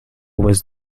was